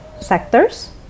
sectors